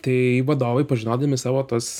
tai vadovai pažinodami savo tuos